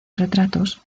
retratos